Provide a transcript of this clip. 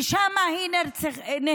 ושם היא נהרגה.